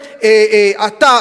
אתה,